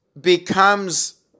becomes